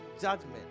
judgment